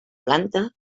planta